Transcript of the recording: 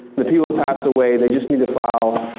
the people have passed away, they just need to file,